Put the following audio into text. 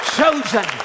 chosen